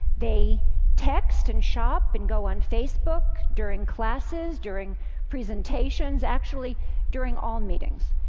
they text and shop and go on facebook during classes, during presentations, actually during all meetings.